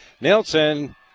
Nelson